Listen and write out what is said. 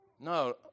No